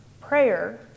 Prayer